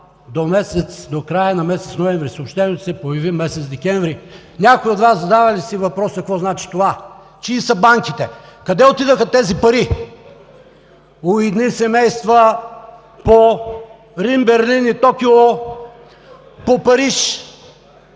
печалба до края на месец ноември? Съобщението се появи през месец декември. Някой от Вас зададе ли си въпроса какво значи това? Чии са банките? Къде отидоха тези пари? У едни семейства по Рим, Берлин и Токио, по Париж,